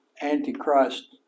antichrist